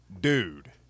dude